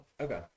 Okay